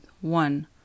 one